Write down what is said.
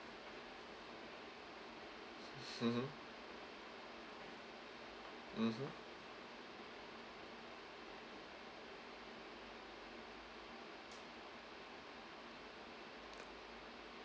mmhmm mmhmm